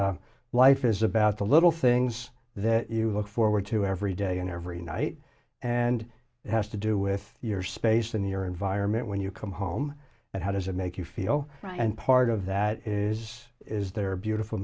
it's life is about the little things that you look forward to every day and every night and it has to do with your space and your environment when you come home and how does it make you feel and part of that is is there beautiful